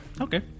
Okay